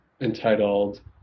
entitled